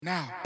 Now